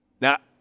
Now